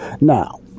now